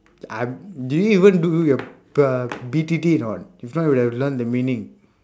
i'm did you even do your uh B_T_T or not if not you would have learned the meaning